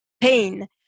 pain